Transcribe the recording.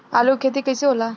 आलू के खेती कैसे होला?